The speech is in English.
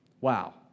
Wow